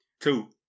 Two